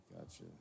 gotcha